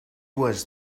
was